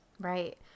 Right